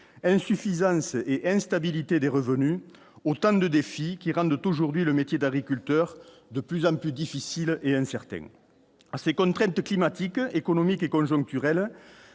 insuffisance et une stabilité des revenus, autant de défis qui rendent aujourd'hui le métier d'agriculteur de plus en plus difficile et incertain à ces contraintes climatiques économique et conjoncturelle,